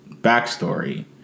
Backstory